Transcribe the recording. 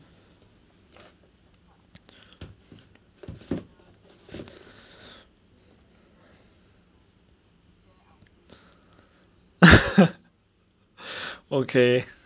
okay